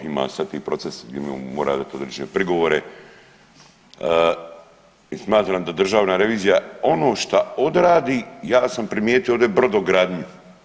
Ima sada … [[ne razumije se]] gdje mora dati određene prigovore i smatram da Državna revizija ono što odradi, ja sam primijetio ovdje brodogradnju.